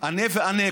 אנה ואנה,